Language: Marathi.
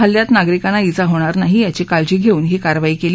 हल्ल्यात नागरिकांना जा होणार नाही याची काळजी घेऊन ही कारवाई केली